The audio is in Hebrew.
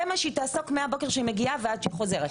זה מה שהיא תעסוק בו מהבוקר כשהיא מגיעה ועד שהיא מסיימת.